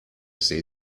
assez